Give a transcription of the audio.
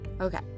Okay